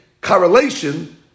correlation